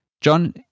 john